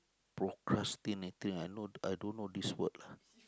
procrastinating I don't know I don't know this word